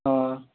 ହଁ